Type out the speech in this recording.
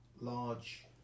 large